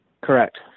correct